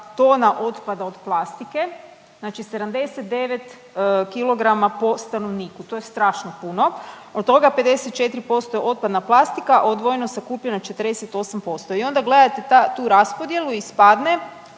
tona otpada od plastike znači 79 kg po stanovniku. To je strašno puno. Od toga 54% otpadna plastika, odvojeno sakupljeno 48% i onda gledate ta, tu raspodjelu i ispadne